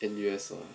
N_U_S ah